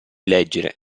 leggere